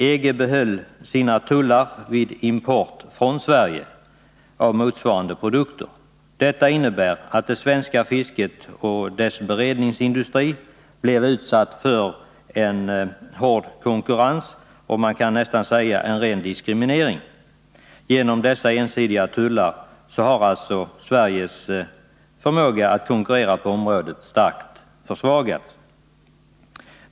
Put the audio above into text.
EG behöll sina tullar vid import från Sverige av motsvarande produkter. Detta innebär att det svenska fisket och dess beredningsindustri blir utsatt för en hård konkurrens, man kan nästan säga en ren diskriminering. Genom dessa ensidiga tullar har Sveriges förmåga att konkurrera på området starkt försvagats.